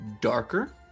darker